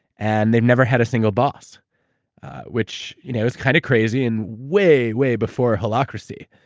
and they've never had a single boss which you know is kind of crazy and way, way before holacracy.